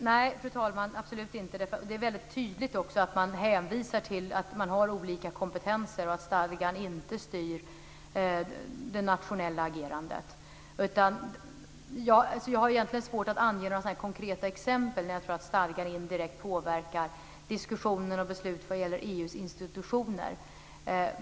Fru talman! Nej, absolut inte. Det är väldigt tydligt hänvisat till att man har olika kompetenser och att stadgan inte styr det nationella agerandet. Jag har egentligen svårt att ange några konkreta exempel där jag tror att stadgan indirekt påverkar diskussioner och beslut vad gäller EU:s institutioner.